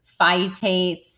phytates